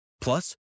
Plus